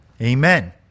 Amen